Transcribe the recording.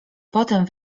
potem